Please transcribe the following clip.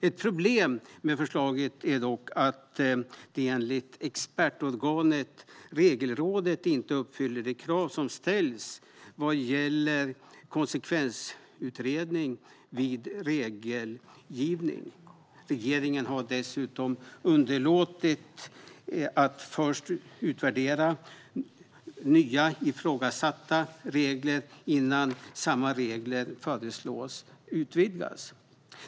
Ett problem med förslaget är dock att det enligt expertorganet Regelrådet inte uppfyller de krav som ställs vad gäller konsekvensutredning vid regelgivning. Regeringen har dessutom underlåtit att först utvärdera ifrågasatta regler innan man föreslår att samma regler utvidgas.